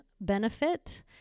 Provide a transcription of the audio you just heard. benefit